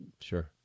Sure